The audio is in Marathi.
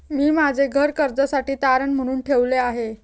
मी माझे घर कर्जासाठी तारण म्हणून ठेवले आहे